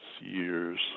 years